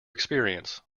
experience